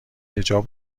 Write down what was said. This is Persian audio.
حجاب